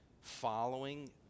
following